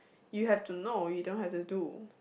you have to know you don't have to do